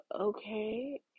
okay